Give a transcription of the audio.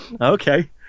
okay